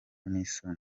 n’isoni